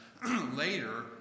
Later